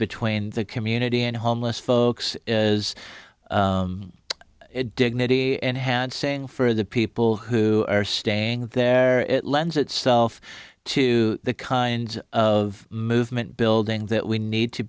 between the community and homeless folks is dignity enhancing for the people who are staying there lends itself to the kind of movement building that we need to